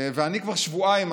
אני כבר שבועיים,